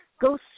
go